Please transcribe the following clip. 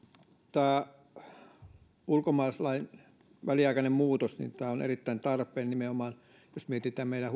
tämä ulkomaalaislain väliaikainen muutos on erittäin tarpeen nimenomaan jos mietitään meidän